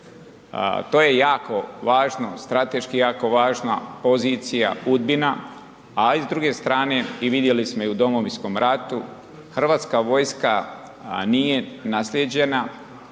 To je jako važno, strateški jako važna pozicija Udbina, a i s druge strane vidjeli smo u Domovinskom ratu Hrvatska vojska nije naslijeđena,